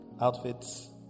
Outfits